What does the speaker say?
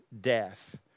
death